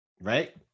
Right